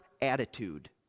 attitude